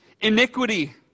iniquity